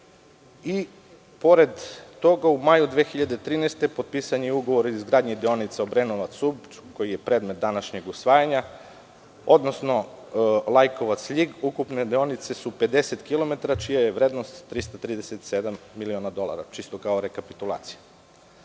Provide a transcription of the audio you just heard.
Pored toga, u maju 2013. godine potpisan je ugovor o izgradnji deonica Obrenovac–Ub, koji je predmet današnjeg usvajanja, odnosno Lajkovac-Ljig, ukupne deonice su 50 kilometara, čija je vrednost 337 miliona dolara, čisto kao rekapitulacija. Osnovni